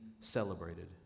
celebrated